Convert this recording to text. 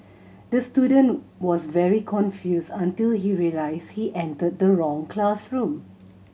the student was very confused until he realised he entered the wrong classroom